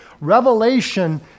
Revelation